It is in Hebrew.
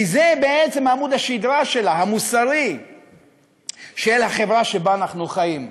כי זה בעצם עמוד השדרה המוסרי של החברה שבה אנחנו חיים.